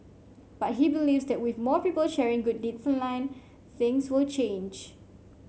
but he believes that with more people sharing good deeds line things will change